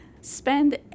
Spend